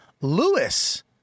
Lewis